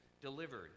delivered